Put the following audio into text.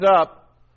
up